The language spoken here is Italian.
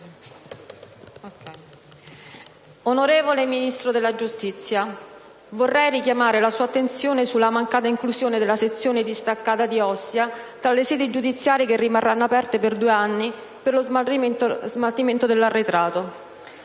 Onorevole Ministro della giustizia, vorrei richiamare la sua attenzione sulla mancata inclusione della sezione distaccata di Ostia tra le sedi giudiziarie che rimarranno aperte per due anni per lo smaltimento dell'arretrato.